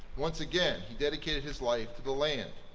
once again he dedicated his life to the land,